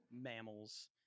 mammals